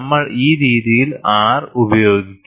നമ്മൾ ഈ രീതിയിൽ R ഉപയോഗിക്കും